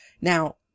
now